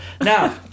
Now